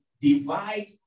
divide